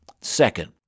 Second